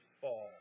fall